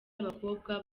abakobwa